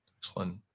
Excellent